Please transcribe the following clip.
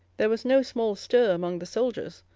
there was no small stir among the soldiers,